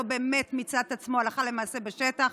לא באמת מיצה את עצמו הלכה למעשה בשטח,